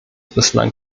bislang